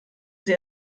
sie